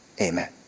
amen